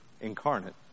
incarnate